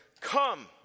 Come